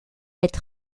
est